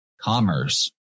commerce